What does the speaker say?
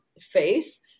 face